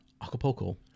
Acapulco